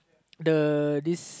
the this